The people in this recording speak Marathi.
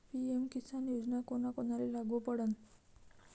पी.एम किसान योजना कोना कोनाले लागू पडन?